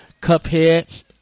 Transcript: Cuphead